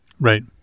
Right